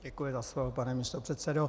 Děkuji za slovo, pane místopředsedo.